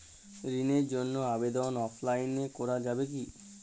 ঋণের জন্য আবেদন অনলাইনে করা যাবে কি?